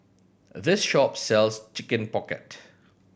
this shop sells Chicken Pocket